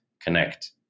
connect